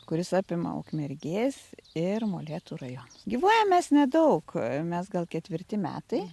kuris apima ukmergės ir molėtų rajoną gyvuojam mes nedaug mes gal ketvirti metai